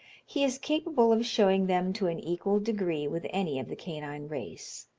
he is capable of showing them to an equal degree with any of the canine race.